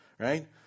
Right